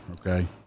Okay